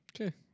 Okay